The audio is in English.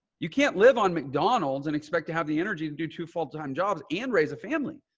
you can't live on mcdonald's and expect to have the energy to do two full-time jobs and raise a family.